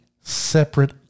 separate